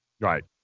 Right